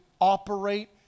operate